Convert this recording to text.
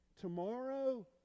Tomorrow